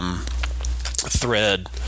Thread